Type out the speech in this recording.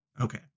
Okay